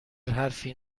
حرفی